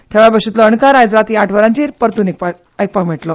थळाव्या भाशेतलो अणकार आयज रातीं आठ वरांचेर परतून आयकूंक मेळटलो